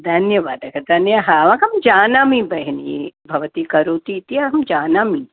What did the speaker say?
धन्यवादः धन्यः अहं जानामि बेहिनी भवती करोति इति अहं जानामि